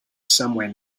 somewhere